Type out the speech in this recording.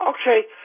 Okay